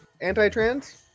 anti-trans